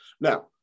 now